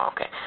Okay